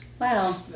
wow